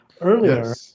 earlier